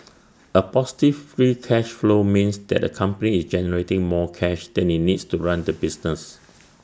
A positive free cash flow means that A company is generating more cash than IT needs to run the business